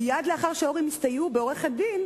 מייד לאחר שההורים הסתייעו בעורכת-דין,